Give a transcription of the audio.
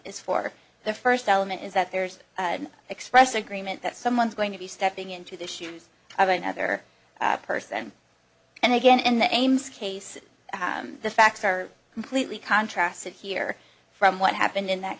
is for the first element is that there's an express agreement that someone's going to be stepping into the shoes of another person and again in the ames case the facts are completely contrasts and here from what happened in that